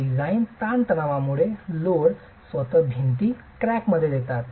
design ताणतणावामुळे load स्वत भिंत क्रॅक मध्ये घेतात